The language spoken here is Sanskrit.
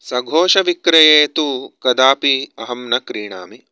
सघोषविक्रयेतु कदापि अहं न क्रीणामि